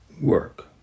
work